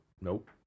Nope